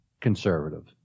conservative